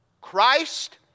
Christ